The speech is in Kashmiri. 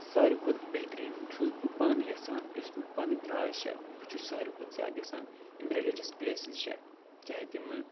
سارِوی کھۄتہٕ بہتریٖن چھُس بہٕ پانہٕ یژھان یۄس مےٚ پَنٕنۍ راے چھےٚ بہٕ چھُس سارِوی کھۄتہٕ زیادٕ یژھان یِم رٔلیٖجَس پٕلیسِز چھےٚ چاہے تِمہٕ